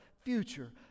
future